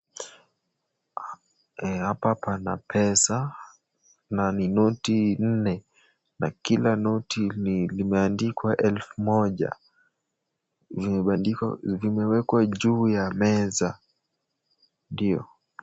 Hapa pana pesa na ni noti nne. Na kila noti imeandikwa elfu moja. Zimebandikwa, zimewekwa juu ya meza hiyo.